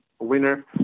winner